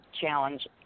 challenge